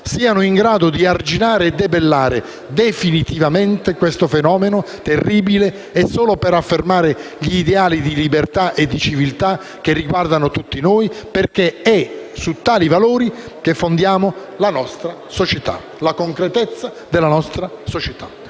siano in grado di arginare e debellare definitivamente questo fenomeno terribile e solo per affermare gli ideali di libertà e di civiltà che riguardano tutti noi, perché è su tali valori che fondiamo la concretezza della nostra società.